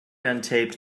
untaped